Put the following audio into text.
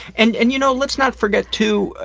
and and, you know, let's not forget too, ah,